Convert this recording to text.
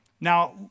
Now